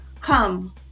come